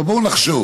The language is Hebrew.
אבל בואו נחשוב